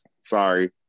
Sorry